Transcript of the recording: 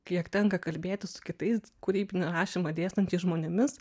kiek tenka kalbėtis su kitais kūrybinį rašymą dėstančiais žmonėmis